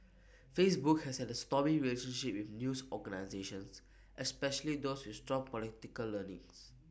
Facebook has had A stormy relationship with news organisations especially those with strong political leanings